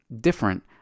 different